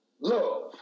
love